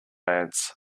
ants